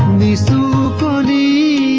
the body